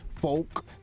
folk